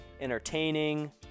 entertaining